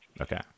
okay